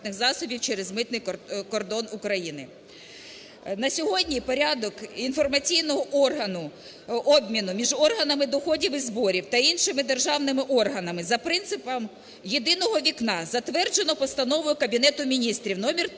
На сьогодні порядок інформаційного обміну між органами доходів і зборів, та іншими державними органами, за принципом "єдиного вікна", затверджено Постановою Кабінету Міністрів № 364.